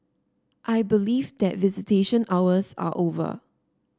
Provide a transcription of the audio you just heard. I believe that visitation hours are over